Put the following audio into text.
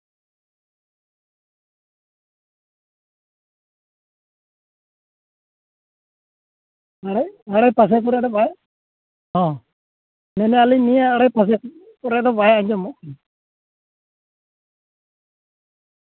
ᱟᱲᱮ ᱟᱲᱮᱼᱯᱟᱥᱮ ᱠᱚᱨᱮ ᱫᱚ ᱵᱟᱭ ᱦᱚᱸ ᱢᱮᱱᱫᱟᱞᱤᱧ ᱱᱤᱭᱟᱹ ᱟᱲᱮ ᱯᱟᱥᱮ ᱠᱚᱨᱮ ᱫᱚ ᱵᱟᱭ ᱟᱸᱡᱚᱢᱚᱜ ᱠᱟᱱᱟ